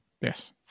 yes